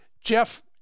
Jeff